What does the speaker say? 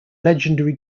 legendary